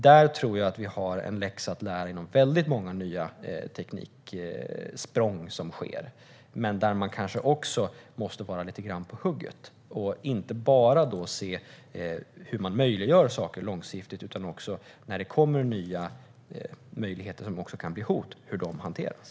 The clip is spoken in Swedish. Där tror jag att vi har en läxa att lära inom väldigt många av de nya tekniksprång som sker, och då måste man nog också vara på hugget och inte bara se hur saker möjliggörs långsiktigt. Man måste också se hur nya möjligheter som kan bli hot hanteras.